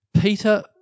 Peter